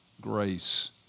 grace